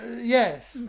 Yes